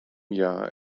jahr